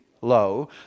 low